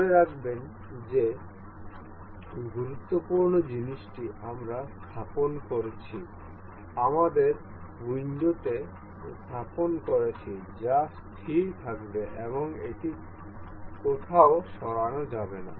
মনে রাখবেন যে গুরুত্বপূর্ণ জিনিসটি আমরা স্থাপন করেছি আমরা উইন্ডোতে স্থাপন করেছি যা স্থির থাকবে এবং এটি কোথাও সরানো যাবে না